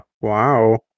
Wow